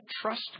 trust